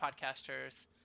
podcasters